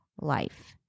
life